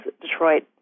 Detroit